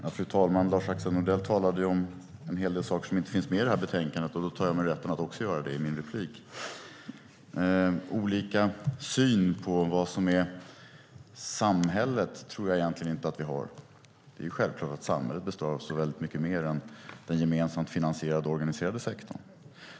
Fru talman! Lars-Axel Nordell talade om en hel del saker som inte finns med i betänkandet, och då tar jag mig rätten att också göra det i min replik. Olika syn på vad som är samhället tror jag egentligen inte att vi har. Det är självklart att samhället består av så väldigt mycket mer än den gemensamt finansierade och organiserade sektorn.